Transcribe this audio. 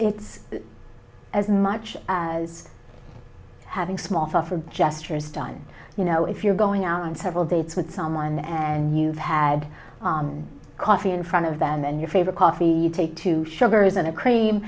as as much having small thoughtful gestures done you know if you're going out on several dates with someone and you've had coffee in front of them and your favorite coffee take two sugars in a cream